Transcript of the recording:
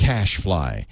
CashFly